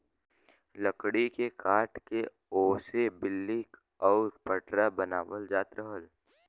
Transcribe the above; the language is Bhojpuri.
लकड़ी के काट के ओसे बल्ली आउर पटरा बनावल जात रहल